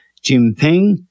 Jinping